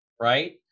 Right